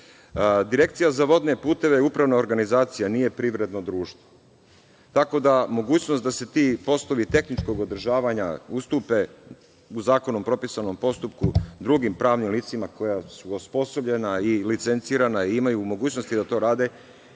Direkcija za vodne puteve je upravna organizacija nije privredno društvo. Tako da mogućnost da se ti poslovi tehničkog održavanja ustupe u zakonom propisanom postupku drugim pravnim licima koja su osposobljena i licencirana i imaju mogućnosti da to rade